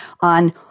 on